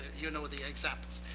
you know the examples.